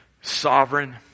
sovereign